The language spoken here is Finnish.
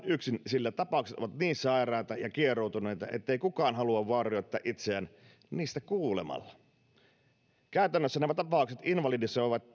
yksin sillä tapaukset ovat niin sairaita ja kieroutuneita ettei kukaan halua vaurioittaa itseään niistä kuulemalla käytännössä nämä tapaukset invalidisoivat